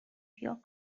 pure